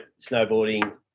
snowboarding